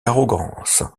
arrogance